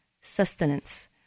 sustenance